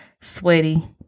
sweaty